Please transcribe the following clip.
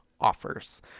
offers